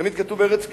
תמיד כתוב "ארץ כנען".